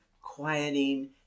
quieting